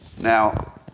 Now